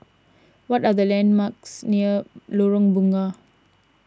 what are the landmarks near Lorong Bunga